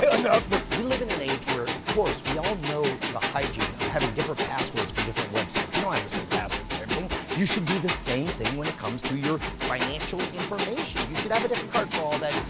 enough look, we live in an age where, of course, we all know the hygiene of having different passwords for different websites. you don't have the same password for everything. you should do the same thing when it comes to your financial information. you should have a different card for all that.